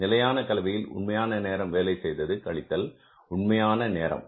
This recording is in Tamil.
நிலையான கலவையில் உண்மையான நேரம் வேலை செய்தது கழித்தல் உண்மையான நேரம்